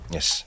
Yes